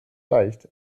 leicht